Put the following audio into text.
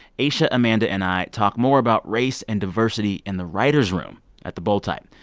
aisha, amanda and i talk more about race and diversity in the writers' room at the bold type.